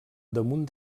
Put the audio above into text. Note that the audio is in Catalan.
damunt